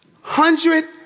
hundred